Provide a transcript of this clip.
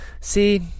See